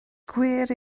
gwir